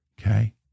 Okay